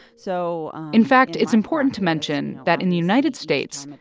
so. in fact, it's important to mention that in the united states,